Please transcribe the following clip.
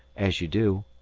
as you do.